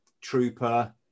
trooper